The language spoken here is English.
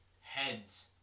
heads